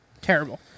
Terrible